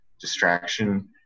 distraction